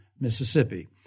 Mississippi